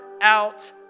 out